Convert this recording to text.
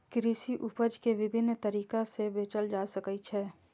कृषि उपज कें विभिन्न तरीका सं बेचल जा सकै छै